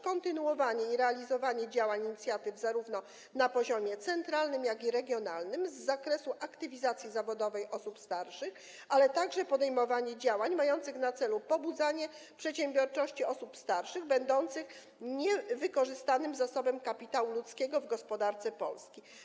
Kontynuowanie i realizowanie działań, inicjatyw, na poziomie zarówno centralnym, jak i regionalnym, z zakresu aktywizacji zawodowej osób starszych, ale także podejmowanie działań mających na celu pobudzanie przedsiębiorczości osób starszych, będących niewykorzystanym zasobem kapitału ludzkiego w gospodarce Polski.